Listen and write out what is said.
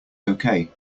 okay